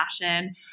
fashion